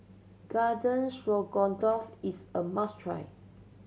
Garden Stroganoff is a must try